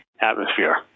atmosphere